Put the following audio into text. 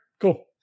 cool